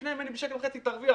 תקנה ממני ב-1.5 שקלים, תרוויח